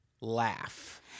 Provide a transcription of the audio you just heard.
laugh